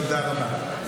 תודה רבה.